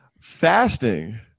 fasting